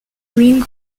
ring